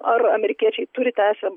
ar amerikiečiai turi teisę